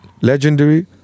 legendary